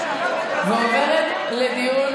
ועוברת לדיון